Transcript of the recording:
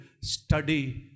Study